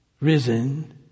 Risen